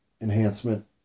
Enhancement